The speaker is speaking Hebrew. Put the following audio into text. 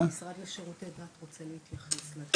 המשרד לשירותי דת רוצה להתייחס.